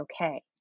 okay